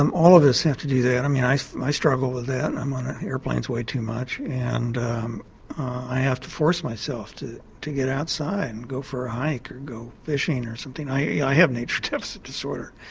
all of us have to do that. um yeah i i struggle with that, i'm on ah aeroplanes way too much and i have to force myself to to get outside and go for a hike or go fishing or something. i i have nature deficit disorder.